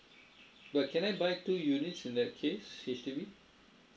but can I buy two units in that case H_D_B